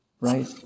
right